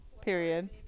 Period